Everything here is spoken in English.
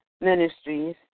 Ministries